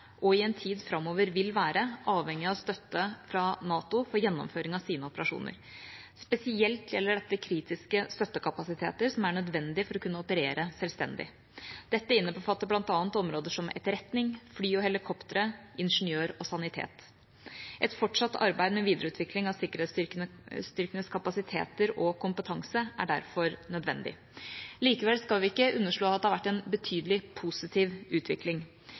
og i en tid framover vil være – avhengig av støtte fra NATO for gjennomføring av sine operasjoner. Spesielt gjelder dette kritiske støttekapasiteter som er nødvendige for å kunne operere selvstendig. Dette innbefatter bl.a. områder som gjelder etterretning, fly og helikoptre, ingeniører og sanitet. Et fortsatt arbeid med videreutvikling av sikkerhetsstyrkenes kapasiteter og kompetanse er derfor nødvendig. Likevel skal vi ikke underslå at det har vært en betydelig positiv utvikling.